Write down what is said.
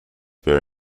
bear